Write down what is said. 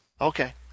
Okay